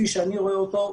כפי שאני רואה אותו,